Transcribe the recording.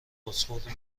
بازخورد